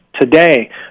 today